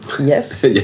Yes